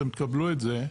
אתם תקבלו את זה,